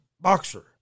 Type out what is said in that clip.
boxer